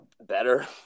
better